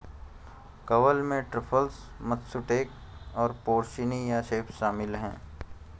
कवक में truffles, matsutake और पोर्सिनी या सेप्स शामिल हैं